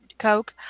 Coke